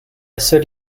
seule